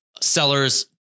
sellers